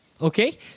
Okay